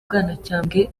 bwanacyambwe